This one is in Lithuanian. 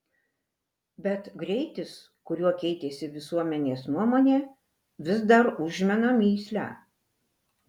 bet greitis kuriuo keitėsi visuomenės nuomonė vis dar užmena mįslę